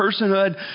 personhood